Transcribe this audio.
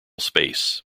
space